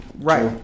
Right